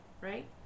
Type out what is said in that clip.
right